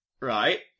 right